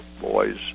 boys